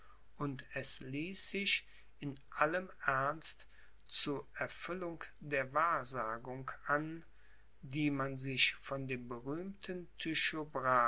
und es ließ sich in allem ernst zu erfüllung der wahrsagung an die man sich von dem berühmten